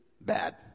bad